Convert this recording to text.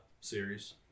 series